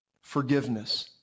Forgiveness